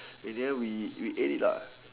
in the end we we ate it lah